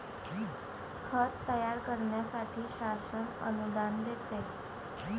खत तयार करण्यासाठी शासन अनुदान देते